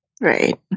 Right